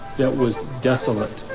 that was desolate.